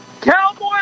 Cowboy